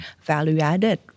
value-added